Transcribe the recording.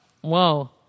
Whoa